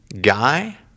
guy